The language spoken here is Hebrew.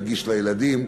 נגיש לילדים,